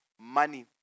money